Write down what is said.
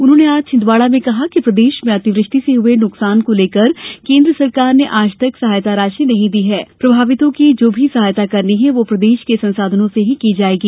उन्होंने आज छिंदवाड़ा में कहा कि प्रदेश में अतिवृष्टि से हुए नुकसान को लेकर केंद्र सरकार ने आज तक सहायता राशि नही दी है प्रभावितों की जो भी सहायता करनी है वह प्रदेश के संसाधनो से ही की जाएगी